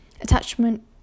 Attachment